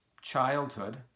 childhood